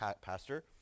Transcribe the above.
Pastor